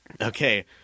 Okay